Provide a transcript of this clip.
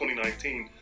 2019